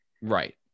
right